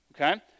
Okay